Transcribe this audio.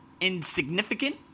Insignificant